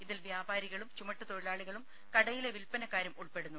ഇതിൽ വ്യാപാരികളും ചുമട്ടു തൊഴിലാളികളും കടയിലെ വിൽപ്പനക്കാരും ഉൾപ്പെടുന്നു